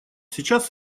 сейчас